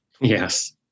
yes